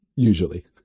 Usually